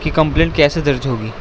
کہ کمپلین کیسے درج ہوگی